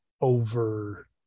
over